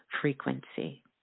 frequency